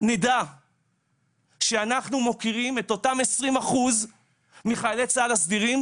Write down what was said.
נדע שאנחנו מוקירים את אותם 20% מחיילים צה"ל הסדירים